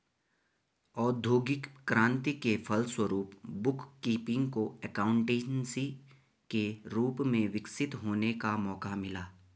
औद्योगिक क्रांति के फलस्वरूप बुक कीपिंग को एकाउंटेंसी के रूप में विकसित होने का मौका मिला